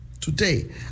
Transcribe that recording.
Today